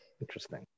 interesting